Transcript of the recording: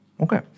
Okay